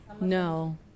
No